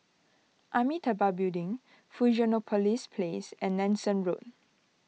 Amitabha Building Fusionopolis Place and Nanson Road